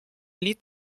lied